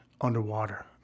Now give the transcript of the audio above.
underwater